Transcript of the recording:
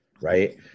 Right